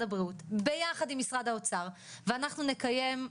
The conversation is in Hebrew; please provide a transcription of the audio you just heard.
הבריאות ביחד עם משרד האוצר ואנחנו נקיים,